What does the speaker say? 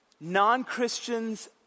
non-Christians